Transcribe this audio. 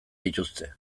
dituzte